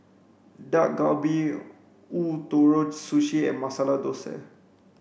Dak Galbi Ootoro Sushi and Masala Dosa